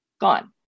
gone